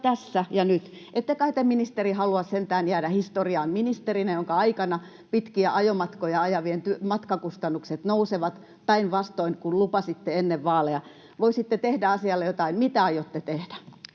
Ette kai te, ministeri, halua sentään jäädä historiaan ministerinä, jonka aikana pitkiä ajomatkoja ajavien matkakustannukset nousivat, päinvastoin kuin lupasitte ennen vaaleja? Voisitte tehdä asialle jotain. Mitä aiotte tehdä?